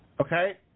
okay